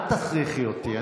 אל תכריחי אותי.